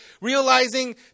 realizing